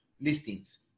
listings